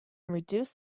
reduce